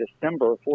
December